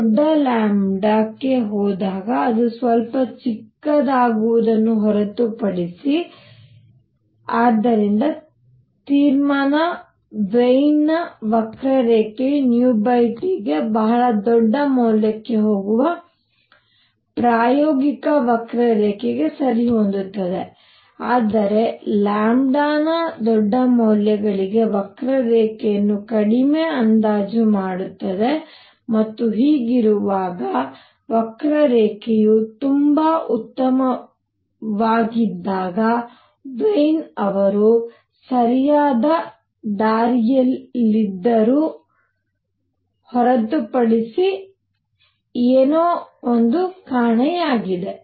ದೊಡ್ಡ ಲ್ಯಾಂಬ್ಡಾಕ್ಕೆ ಹೋದಾಗ ಅದು ಸ್ವಲ್ಪ ಚಿಕ್ಕದಾಗುವುದನ್ನು ಹೊರತುಪಡಿಸಿ ಆದ್ದರಿಂದ ತೀರ್ಮಾನ ವಿಯೆನ್ನ ವಕ್ರರೇಖೆಯು νT ಗೆ ಬಹಳ ದೊಡ್ಡ ಮೌಲ್ಯಕ್ಕೆ ಹೋಗುವ ಪ್ರಾಯೋಗಿಕ ವಕ್ರರೇಖೆಗೆ ಸರಿಹೊಂದುತ್ತದೆ ಆದರೆ ನ ದೊಡ್ಡ ಮೌಲ್ಯಗಳಿಗೆ ವಕ್ರರೇಖೆಯನ್ನು ಕಡಿಮೆ ಅಂದಾಜು ಮಾಡುತ್ತದೆ ಮತ್ತು ಹೀಗಿರುವಾಗ ವಕ್ರರೇಖೆಯು ತುಂಬಾ ಉತ್ತಮವಾಗಿದ್ದಾಗ ವೀನ್ ಅವರು ಸರಿಯಾದ ಹಾದಿಯಲ್ಲಿದ್ದರು ಹೊರತುಪಡಿಸಿ ಏನೋ ಕಾಣೆಯಾಗಿದೆ